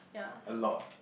a lot